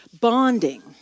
Bonding